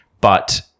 But-